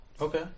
Okay